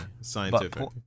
scientific